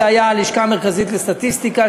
של הלשכה המרכזית לסטטיסטיקה,